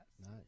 Nice